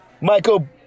Michael